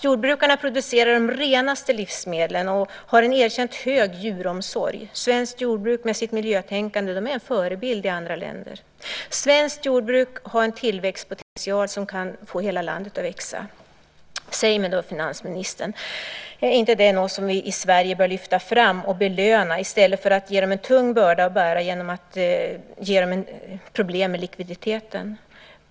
Jordbrukarna producerar de renaste livsmedlen och har en erkänt god djuromsorg. Svenskt jordbruk med sitt miljötänkande är en förebild i andra länder. Svenskt jordbruk har en tillväxtpotential som kan få hela landet att växa. Säg mig, finansministern, är inte detta något som vi i Sverige bör lyfta fram och belöna i stället för att ge bönderna en tung börda att bära genom att ge dem problem med likviditeten?